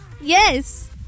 Yes